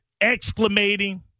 exclamating